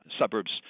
suburbs